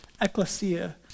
ecclesia